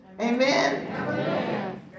Amen